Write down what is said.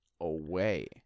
away